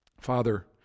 father